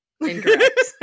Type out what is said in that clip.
incorrect